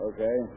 Okay